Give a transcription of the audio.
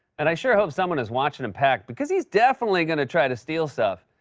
and i sure hope someone is watching him pack, because he's definitely going to try to steal stuff.